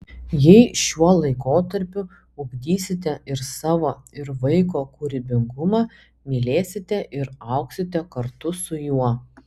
jei šiuo laikotarpiu ugdysite ir savo ir vaiko kūrybingumą mylėsite ir augsite kartu su juo